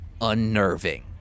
unnerving